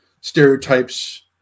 stereotypes